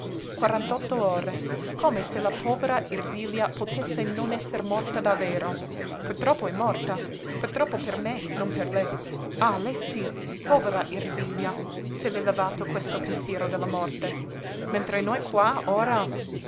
quarantotto ore come se la povera ersilia potesse non esser morta davvero purtroppo è morta purtroppo per me non per lei ah lei sí povera ersilia se l'è levato questo pensiero della morte mentre noi qua ora